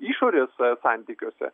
išorės santykiuose